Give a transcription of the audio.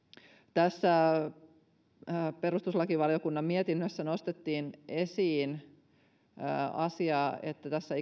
perustuslakivaliokunnan mietinnössä nostettiin esiin se asia että tässä